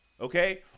okay